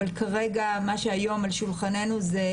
אבל כרגע מה שהיום על שולחננו זו